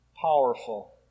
powerful